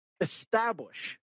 establish